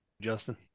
Justin